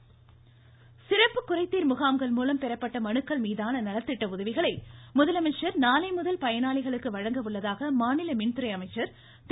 தங்கமணி சிறப்பு குறைதீர் முகாம்கள் மூலம் பெறப்பட்ட மனுக்கள் மீதான நலத்திட்ட உதவிகளை முதலமைச்சர் நாளைமுதல் பயனாளிகளுக்கு வழங்க உள்ளதாக மாநில மின்துறை அமைச்சர் திரு